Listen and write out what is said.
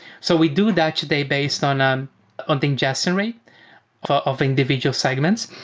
so we do that today based on um on the ingesting rate of individual segments.